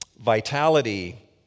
vitality